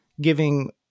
giving